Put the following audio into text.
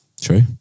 True